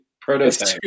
prototype